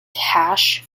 cash